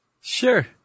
Sure